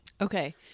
Okay